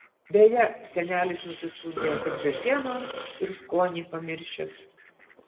beje senelis nusiskundė kad žąsienos ir skonį pamiršęs